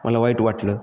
मला वाईट वाटलं